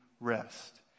rest